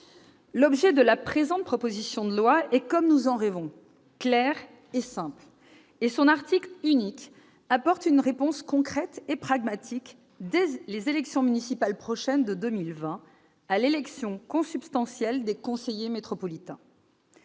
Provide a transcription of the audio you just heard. l'objet de la présente proposition de loi est, comme nous en rêvions, clair et simple. Son article unique permettra d'apporter une réponse concrète et pragmatique, dès les élections municipales prochaines de 2020, à la question de l'élection simultanée des conseillers métropolitains.